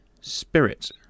Spirit